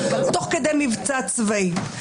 תוך כדי מבצע צבאי.